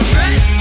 Dress